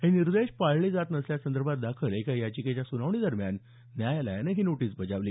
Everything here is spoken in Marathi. हे निर्देश पाळले जात नसल्यासंदर्भात दाखल एका याचिकेच्या सुनावणीदरम्यान न्यायालयानं ही नोटीस बजावली